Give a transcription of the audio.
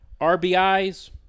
RBIs